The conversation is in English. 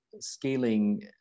scaling